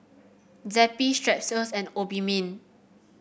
Zappy Strepsils and Obimin